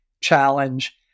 challenge